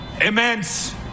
Immense